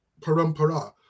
parampara